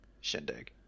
shindig